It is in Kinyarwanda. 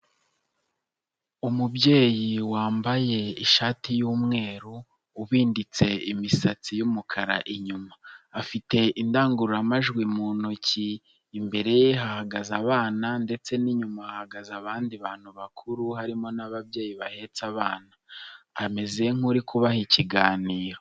Umubyeyi wambaye ishati y'umweru ubinditse imisatsi y'umukara inyuma, afite indangururamajwi mu ntoki imbere ye hahagaze abana ndetse n'inyuma hahagaze abandi bantu bakuru harimo n'ababyeyi bahetse abana, ameze nk'uri kubaha ikiganiro.